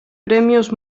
premios